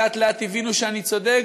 ולאט-לאט הבינו שאני צודק,